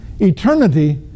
Eternity